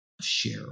share